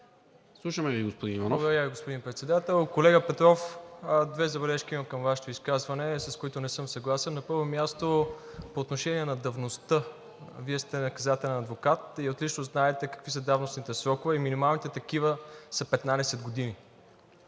Благодаря, господин Председател. Колега Петров, две забележки имам към Вашето изказване, с които не съм съгласен. На първо място, по отношение на давността. Вие сте наказателен адвокат и отлично знаете какви са давностните срокове, а минималните такива са 15 години.